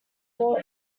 all